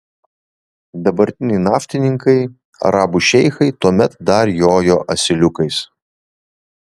dabartiniai naftininkai arabų šeichai tuomet dar jojo asiliukais